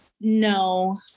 no